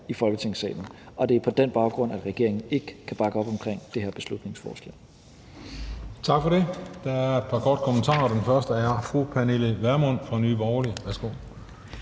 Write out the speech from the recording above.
i Folketingssalen. Og det er på den baggrund, at regeringen ikke kan bakke op omkring det her beslutningsforslag. Kl. 13:16 Den fg. formand (Christian Juhl): Tak for det. Der er et par korte bemærkninger, og den første er fra fru Pernille Vermund fra Nye Borgerlige. Værsgo.